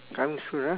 coming soon ah